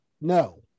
no